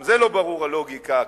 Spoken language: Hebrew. גם לא ברורה הלוגיקה,